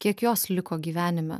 kiek jos liko gyvenime